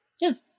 Yes